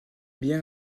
bien